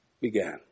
began